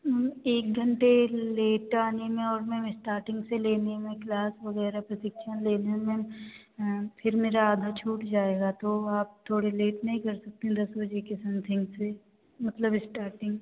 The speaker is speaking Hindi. एक घंटे लेट आने में और मैम स्टार्टिंग से लेने में क्लास वगैरह प्रशिक्षण लेने में फ़िर मेरा आधा छूट जाएगा तो आप थोड़ी लेट नहीं कर सकते हैं दस बजे के समथिंग से मतलब स्टार्टिंग